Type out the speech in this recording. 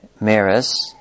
Maris